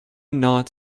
not